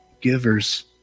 givers